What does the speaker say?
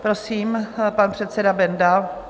Prosím, pan předseda Benda.